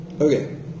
Okay